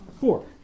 four